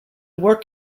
work